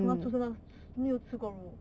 什么吃不到没有吃过肉